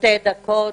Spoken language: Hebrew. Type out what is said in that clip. בשתי דקות.